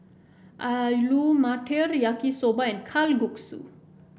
Alu Matar Yaki Soba and Kalguksu